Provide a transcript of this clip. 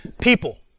people